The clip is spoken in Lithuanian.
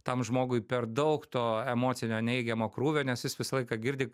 tam žmogui per daug to emocinio neigiamo krūvio nes jis visą laiką girdi